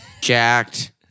jacked